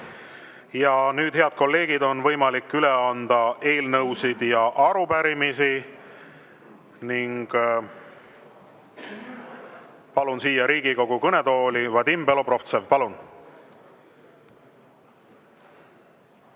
Ja nüüd, head kolleegid, on võimalik üle anda eelnõusid ja arupärimisi. Palun siia Riigikogu kõnetooli Vadim Belobrovtsevi. Palun!